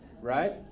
right